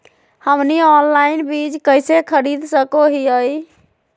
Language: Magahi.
हमनी ऑनलाइन बीज कइसे खरीद सको हीयइ?